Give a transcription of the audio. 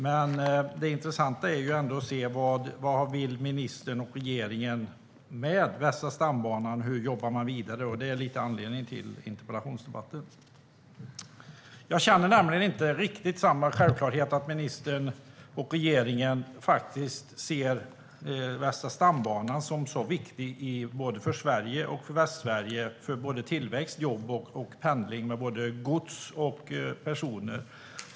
Men det intressanta är ändå att se vad ministern och regeringen vill med Västra stambanan och hur man jobbar vidare. Det är lite anledningen till interpellationsdebatten. Jag känner nämligen inte med riktigt samma självklarhet att ministern och regeringen ser Västra stambanan som viktig både för Sverige och för Västsverige, såväl för tillväxt som för jobb och pendling när det gäller både gods och personer.